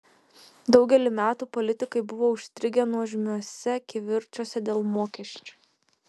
daugelį metų politikai buvo užstrigę nuožmiuose kivirčuose dėl mokesčių